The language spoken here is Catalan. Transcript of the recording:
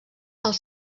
els